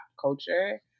culture